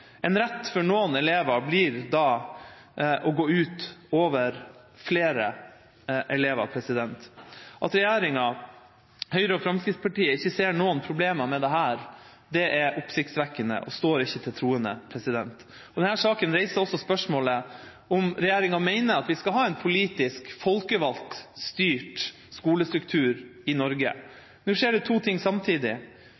En rett for noen elever fører da til at det går ut over flere elever. At regjeringa, Høyre og Fremskrittspartiet, ikke ser noen problemer med dette, er oppsiktsvekkende og står ikke til troende. Denne saken reiser også spørsmålet om regjeringa mener at vi skal ha en politisk folkevalgt styrt skolestruktur i Norge.